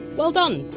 well done!